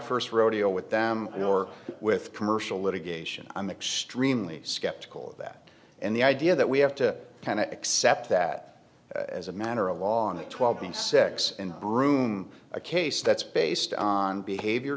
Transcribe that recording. first rodeo with them nor with commercial litigation i'm extremely skeptical of that and the idea that we have to kind of accept that as a matter of law and twelve and six and broom a case that's based on behavior